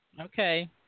Okay